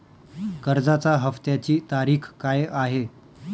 कर्जाचा हफ्त्याची तारीख काय आहे?